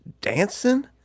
dancing